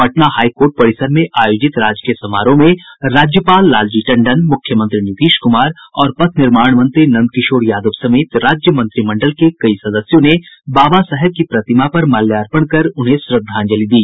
Patna high court परिसर में आयोजित राजकीय समारोह में राज्यपाल लालजी टंडन मुख्यमंत्री नीतीश कुमार और पथ निर्माण मंत्री नंद किशोर यादव समेत राज्य मंत्रिमंडल के कई सदस्यों ने बाबा साहेब की प्रतिमा पर माल्यार्पण कर उन्हें श्रद्धांजलि दी